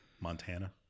montana